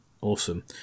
Awesome